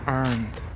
earned